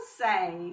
say